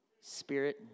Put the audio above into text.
spirit